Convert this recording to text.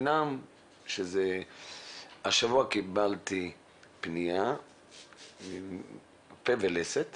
השבוע קיבלתי פנייה בנושא פה ולסת